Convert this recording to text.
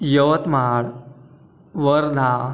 Yavatmal Wardha